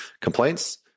Complaints